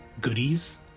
goodies